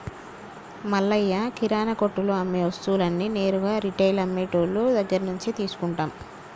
మల్లయ్య కిరానా కొట్టులో అమ్మే వస్తువులన్నీ నేరుగా రిటైల్ అమ్మె టోళ్ళు దగ్గరినుంచే తీసుకుంటాం